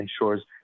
ensures